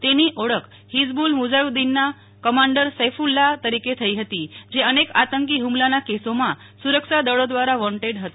તેની ઓળખ હિઝબુલ મુજાહીદ્દીનના કમાન્ડર સૈક્લ્લાહ તરીકે થઇ હતી જે અનેક આતંકી હુમલાના કેસોમાં સુરક્ષાદળો દ્વારા વોન્ટેડ હતો